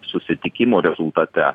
susitikimo rezultate